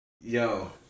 yo